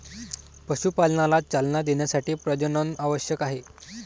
पशुपालनाला चालना देण्यासाठी प्रजनन आवश्यक आहे